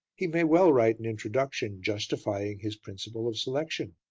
he may well write an introduction justifying his principle of selection,